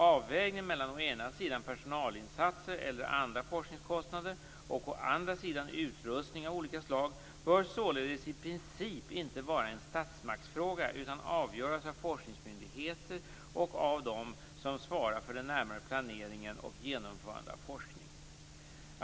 Avvägningen mellan å ena sidan personalinsatser eller andra forskningskostnader och å andra sidan utrustning av olika slag bör således i princip inte vara en statsmaktsfråga utan avgöras av forskningsmyndigheter och av dem som svarar för den närmare planeringen och genomförandet av forskning.